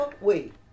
wait